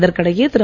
இதற்கிடையே திரு